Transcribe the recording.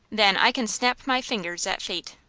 then i can snap my fingers at fate.